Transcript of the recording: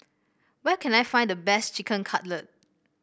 where can I find the best Chicken Cutlet